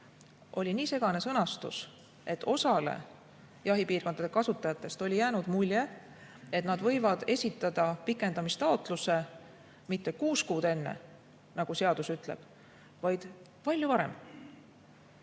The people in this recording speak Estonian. oli nii segane sõnastus, et osale jahipiirkondade kasutajatest oli jäänud mulje, et nad võivad esitada pikendamistaotluse mitte kuus kuud enne, nagu seadus ütleb, vaid palju varem.